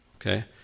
okay